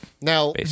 Now